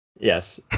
Yes